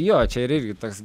jo čia ir irgi toks